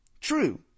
True